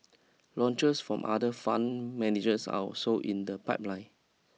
launches from other fund managers are also in the pipeline